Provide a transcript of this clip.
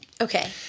Okay